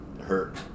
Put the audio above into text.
hurt